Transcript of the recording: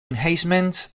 enhancements